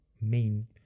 main